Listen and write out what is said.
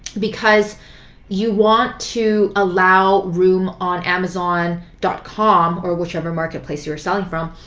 because you want to allow room on amazon dot com, or whichever marketplace you are selling from,